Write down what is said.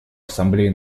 ассамблея